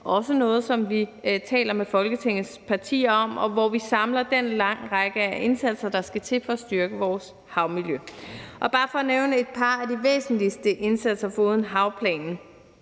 også noget, som vi taler med Folketingets partier om – hvor vi samler den lange række af indsatser, der skal til for at styrke vores havmiljø. Og bare for at nævne et par af de væsentligste indsatser foruden havplanen